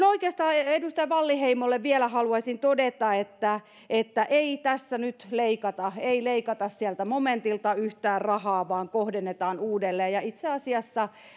oikeastaan edustaja wallinheimolle vielä haluaisin todeta että että ei tässä nyt leikata ei leikata sieltä momentilta yhtään rahaa vaan kohdennetaan uudelleen ja itse asiassa